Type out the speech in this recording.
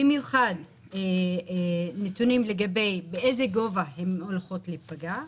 במיוחד נתונים שיאמרו באיזה גובה הן עומדות להיפגע.